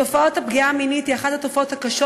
תופעת הפגיעה המינית היא אחת התופעות הקשות